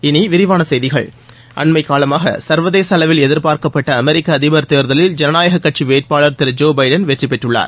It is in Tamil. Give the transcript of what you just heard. இனி விரிவான செய்திகள் அண்மைக்காலமாக சர்வதேச அளவில் எதிர்பார்க்கப்பட்ட அமெரிக்க அதிபர் தேர்தலில் ஜனநாயக கட்சி வேட்பாளர் திரு ஜோ பைடன் வெற்றி பெற்றுள்ளார்